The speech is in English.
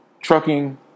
trucking